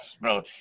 Bro